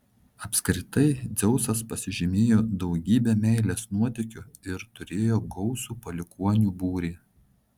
apskritai dzeusas pasižymėjo daugybe meilės nuotykių ir turėjo gausų palikuonių būrį